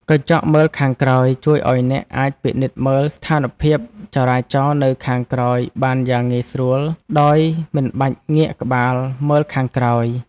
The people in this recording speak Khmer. កញ្ចក់មើលខាងក្រោយជួយឱ្យអ្នកអាចពិនិត្យមើលស្ថានភាពចរាចរណ៍នៅខាងក្រោយបានយ៉ាងងាយស្រួលដោយមិនបាច់ងាកក្បាលមើលខាងក្រោយ។